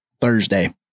Thursday